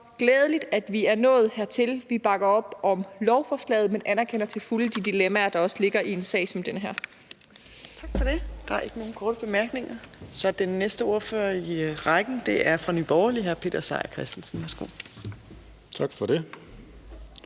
glædeligt, at vi er nået hertil. Vi bakker op om lovforslaget, men vi anerkender også til fulde de dilemmaer, der også ligger i en sag som den her. Kl. 13:46 Fjerde næstformand (Trine Torp): Tak for det. Der er ikke nogen korte bemærkninger. Den næste ordfører i rækken er fra Nye Borgerlige. Hr. Peter Seier Christensen, værsgo. Kl.